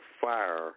fire